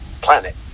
planet